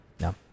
No